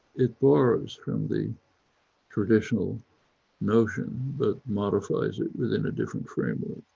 it borrows from the traditional notion but modifies it within a different framework.